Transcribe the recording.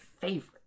favorite